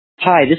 Hi